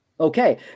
Okay